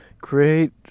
Create